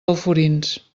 alforins